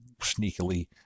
sneakily